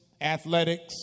athletics